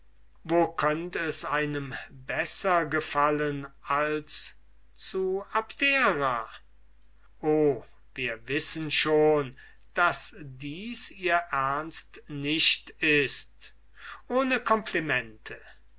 wo könnt es einem besser gefallen als zu abdera o wir wissen schon daß dies ihr ernst nicht ist ohne complimente